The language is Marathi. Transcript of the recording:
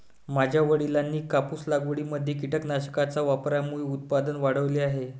माझ्या वडिलांनी कापूस लागवडीमध्ये कीटकनाशकांच्या वापरामुळे उत्पादन वाढवले आहे